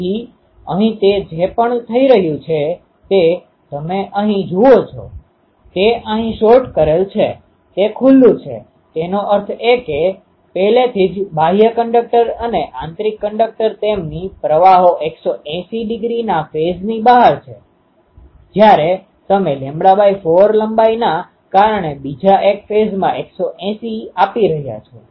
તેથી અહીં તે જે પણ થઇ રહ્યું છે તે તમે અહીં જુઓ છો તે અહીં શોર્ટ કરેલ છે તે ખુલ્લું છે તેનો અર્થ એ કે પહેલેથી જ બાહ્ય કંડક્ટર અને આંતરિક કંડક્ટર તેમની પ્રવાહો 180 ડિગ્રીના ફેઝની બહાર છે જ્યારે તમે λ4 લંબાઈના કારણે બીજા એક ફેઝમાં 180 આપી રહ્યા છો